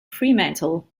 fremantle